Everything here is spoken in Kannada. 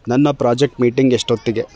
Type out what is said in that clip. ನನ್ನ ಪ್ರಾಜೆಕ್ಟ್ ಮೀಟಿಂಗ್ ಎಷ್ಟೊತ್ತಿಗೆ